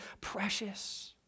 precious